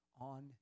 On